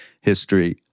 history